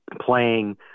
playing